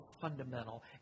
fundamental